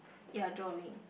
ya drawing